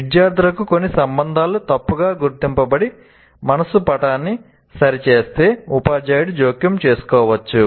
విద్యార్థులకు కొన్ని సంబంధాలు తప్పుగా గుర్తించబడి మనస్సు పటాన్ని సరిచేస్తే ఉపాధ్యాయుడు జోక్యం చేసుకోవచ్చు